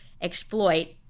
exploit